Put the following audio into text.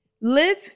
Live